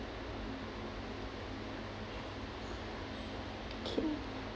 okay